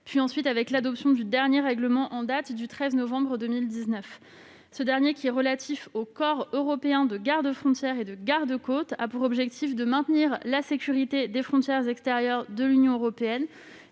puis avec l'adoption du dernier règlement en date, le 13 novembre 2019. Ce dernier texte, relatif au corps européen de garde-frontières et de garde-côtes, a pour objectif de maintenir la sécurité des frontières extérieures de l'Union européenne,